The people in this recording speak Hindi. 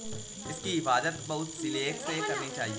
इसकी हिफाज़त बहुत सलीके से करनी होती है